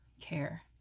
care